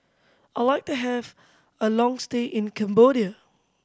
I like to have a long stay in Cambodia